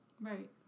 Right